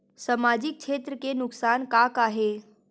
सामाजिक क्षेत्र के नुकसान का का हे?